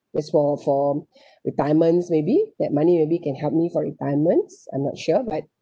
a small form retirement maybe that money maybe can help me for retirement I'm not sure but